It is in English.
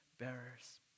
bearers